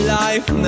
life